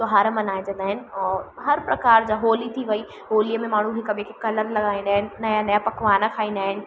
त्योहार मल्हाइजंदा आहिनि हर प्रकार जा होली थी वई होलीअ में माण्हू हिकु ॿिए खे कलर लॻाईंदा आहिनि नवां नवां पकवान खाईंदा आहिनि